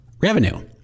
revenue